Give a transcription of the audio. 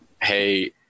hey